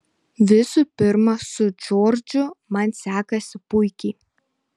visų pirma su džordžu man sekasi puikiai